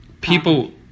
People